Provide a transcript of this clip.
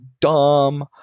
dumb